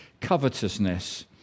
covetousness